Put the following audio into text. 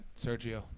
Sergio